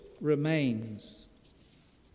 remains